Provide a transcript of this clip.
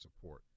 support